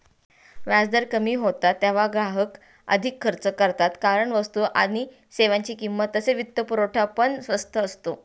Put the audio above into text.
व्याजदर कमी होतात तेव्हा ग्राहक अधिक खर्च करतात कारण वस्तू आणि सेवांची किंमत तसेच वित्तपुरवठा पण स्वस्त असतो